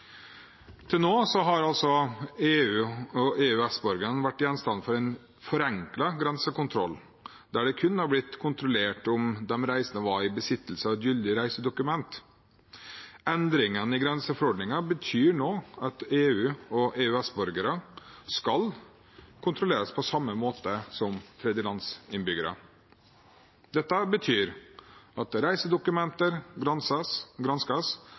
til Europa. Til nå har EU- og EØS-borgere vært gjenstand for en forenklet grensekontroll, der det kun har blitt kontrollert om de reisende var i besittelse av et gyldig reisedokument. Endringene i grenseforordningen betyr nå at EU- og EØS-borgere skal kontrolleres på samme måte som tredjelands innbyggere. Dette betyr at reisedokumenter